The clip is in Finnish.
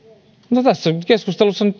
no tässä keskustelussa se nyt